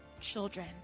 children